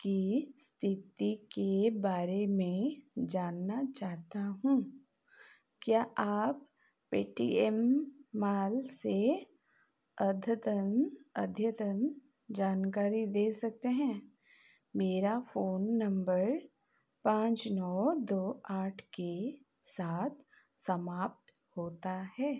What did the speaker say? की स्थिति के बारे में जानना चाहता हूँ क्या आप पेटीएम मॉल से अद्यतन अद्यतन जानकारी दे सकते हैं मेरा फोन नंबर पाँच नौ दो आठ के साठ समाप्त होता है